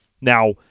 Now